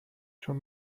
چون